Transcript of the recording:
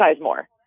more